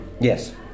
yes